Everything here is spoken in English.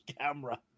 camera